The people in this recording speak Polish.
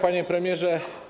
Panie Premierze!